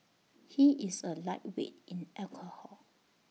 he is A lightweight in alcohol